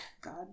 God